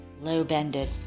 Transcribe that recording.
Low-bended